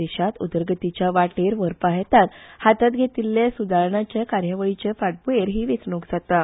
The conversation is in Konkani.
देशात उदरगतीच्या वाटेर व्हरपा हेतान हातात घेतिल्ले सुदारणांचे कार्यावळीचे फाटभुयेर ही वेचणूक जाता